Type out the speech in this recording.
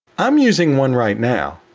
i'm using one right now.